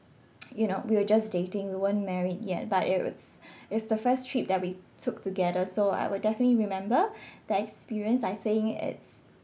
you know we were just dating we weren't married yet but it was it's the first trip that we took together so I would definitely remember that experience I think it's